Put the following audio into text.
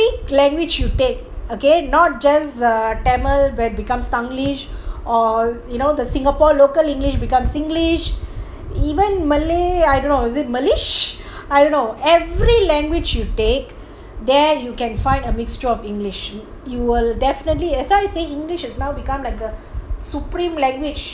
I say every language you take okay not just tamil where it becomes tanglish or singapore the local english becomes singlish even malay I don't know is it malish I don't know every language you take there you can find a mixture of english you will definitely which is why I say english has now become a supreme language